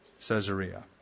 Caesarea